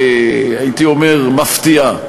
הייתי אומר, מפתיעה.